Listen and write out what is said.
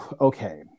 Okay